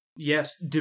Yes